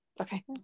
Okay